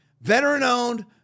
Veteran-owned